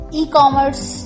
e-commerce